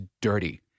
dirty